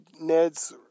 Ned's